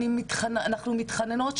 אנחנו מתחננות,